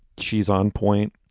she's on point.